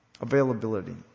availability